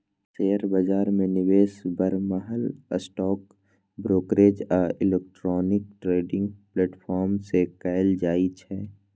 share बाजार मे निवेश बरमहल स्टॉक ब्रोकरेज आ इलेक्ट्रॉनिक ट्रेडिंग प्लेटफॉर्म सं कैल जाइ छै